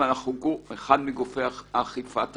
אבל אנחנו אחד מגופי אכיפת החוק.